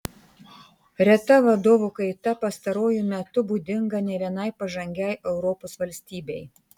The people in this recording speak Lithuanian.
reta vadovų kaita pastaruoju metu būdinga ne vienai pažangiai europos valstybei